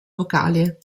vocale